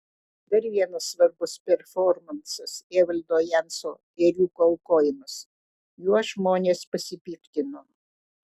dar vienas svarbus performansas evaldo janso ėriuko aukojimas juo žmonės pasipiktino